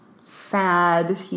sad